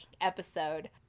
episode